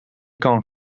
kan